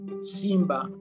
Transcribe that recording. simba